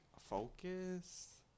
focus